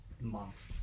Months